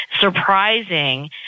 surprising